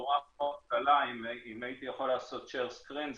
בצורה מאוד קלה אם הייתי יכול לעשות share screen,